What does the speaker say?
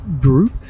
group